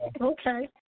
Okay